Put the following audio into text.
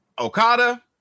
Okada